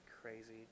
Crazy